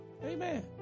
Amen